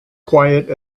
quiet